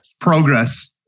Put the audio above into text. Progress